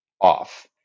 off